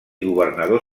governador